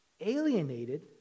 alienated